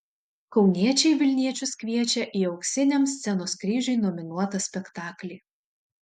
kauniečiai vilniečius kviečia į auksiniam scenos kryžiui nominuotą spektaklį